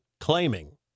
claiming